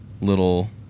Little